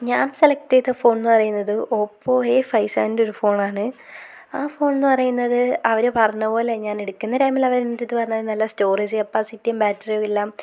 ഞാൻ സെലക്റ്റ് ചെയ്ത ഫോൺന്ന് പറയുന്നത് ഒപ്പോ എ ഫൈവ് സെവൻ്റെ ഒരു ഫോണാണ് ആ ഫോൺന്ന് പറയുന്നത് അവർ പറഞ്ഞ പോലെയാണ് ഞാൻ എടുക്കുന്ന ടൈമിൽ അവർ എൻ്റെടുത്ത് പറഞ്ഞത് നല്ല സ്റ്റോറേജ് കപ്പാസിറ്റിയും ബാക്റ്ററിയും എല്ലാം